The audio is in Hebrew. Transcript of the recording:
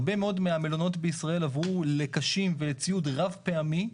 הרבה מאוד מהמלונות בישראל עברו לקשים וציוד רב פעמים,